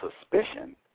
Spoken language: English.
Suspicion